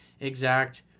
exact